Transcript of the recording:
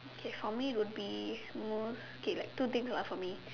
okay for me would be most okay like two things lah for me